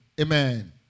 amen